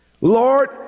Lord